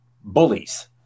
bullies